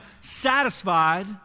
satisfied